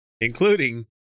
including